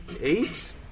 eight